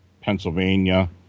Pennsylvania